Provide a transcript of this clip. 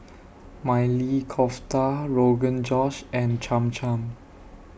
Maili Kofta Rogan Josh and Cham Cham